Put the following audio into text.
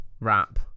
Rap